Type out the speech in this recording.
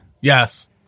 Yes